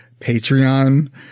patreon